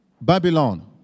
Babylon